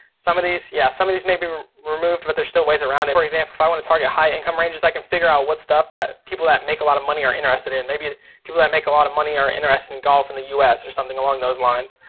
some of these, yeah, some of these may be removed, but there's still ways around it. for example if i want to target high income ranges i can figure out what stuff that people that make a lot of money are interested in. maybe people that make a lot of money are interested in golf in the us, or something along those lines.